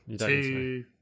Two